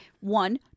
One